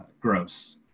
gross